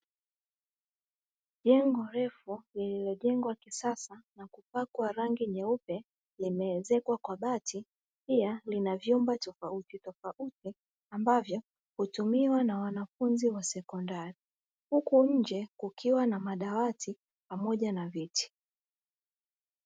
Jengo refu lililojengwa kisasa na kupakwa rangi nyeupe limeezekwa kwa bati, pia lina vyumba tofautitofauti ambavyo hutumiwa na wanafunzi wa sekondari, huku nje kukiwa na madawati pamoja na viti.